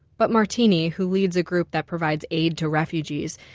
but martini, who leads a group that provides aid to refugees,